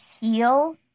heal